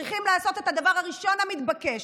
צריכים לעשות את הדבר הראשון המתבקש,